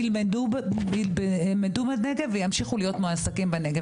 ילמדו בנגב וימשיכו להיות מועסקים בנגב.